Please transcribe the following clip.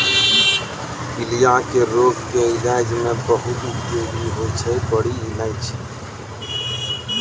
पीलिया के रोग के इलाज मॅ बहुत उपयोगी होय छै बड़ी इलायची